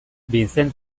vicent